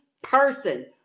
person